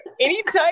Anytime